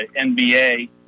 NBA